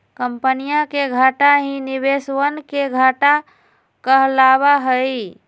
कम्पनीया के घाटा ही निवेशवन के घाटा कहलावा हई